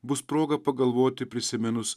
bus proga pagalvoti prisiminus